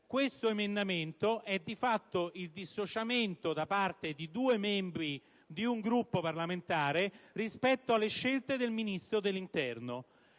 questo emendamento è di fatto il frutto del dissociarsi di due membri di un Gruppo parlamentare rispetto alle scelte del Ministro dell'interno.